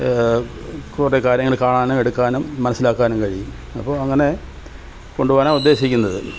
കുറേ കാര്യങ്ങൾ കാണാനും എടുക്കാനും മനസ്സിലാക്കാനും കഴിയും അപ്പം അങ്ങനെ കൊണ്ടുപോകാനാണ് ഉദ്ദേശിക്കുന്നത്